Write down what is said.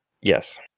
yes